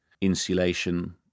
insulation